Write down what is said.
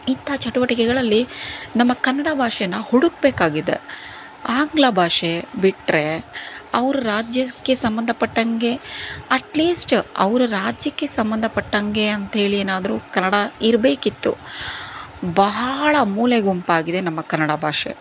ಇಂಥ ಚಟುವಟಿಕೆಗಳಲ್ಲಿ ನಮ್ಮ ಕನ್ನಡ ಭಾಷೆನ ಹುಡುಕಬೇಕಾಗಿದೆ ಆಂಗ್ಲ ಭಾಷೆ ಬಿಟ್ರೆ ಅವರ ರಾಜ್ಯಕ್ಕೆ ಸಂಬಂಧಪಟ್ಟಂಗೆ ಅಟ್ ಲೀಸ್ಟ್ ಅವರ ರಾಜ್ಯಕ್ಕೆ ಸಂಬಂಧಪಟ್ಟಂಗೆ ಅಂಥೇಳಿ ಏನಾದರೂ ಕನ್ನಡ ಇರಬೇಕಿತ್ತು ಬಹಳ ಮೂಲೆ ಗುಂಪಾಗಿದೆ ನಮ್ಮ ಕನ್ನಡ ಭಾಷೆ